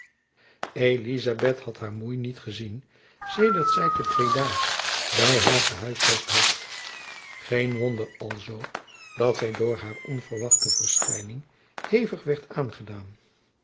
elizabeth had haar moei niet gezien sedert zy te jacob van lennep elizabeth musch breda by haar gehuisvest had geen wonder alzoo dat zy door hare onverwachte verschijning hevig werd aangedaan